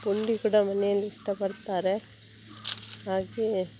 ಪುಂಡಿ ಕೂಡ ಮನೆಯಲ್ಲಿಷ್ಟಪಡ್ತಾರೆ ಹಾಗೇ